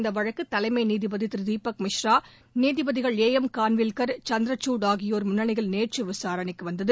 இந்த வழக்கு தலைமை நீதிபதி திரு தீபக் மிஸ்ரா நீதிபதிகள் ஏ எம் கன்வில்கர் சந்திரகுட் ஆகியோர் முன்னிலையில் நேற்று விசாரணைக்கு வந்தது